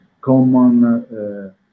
common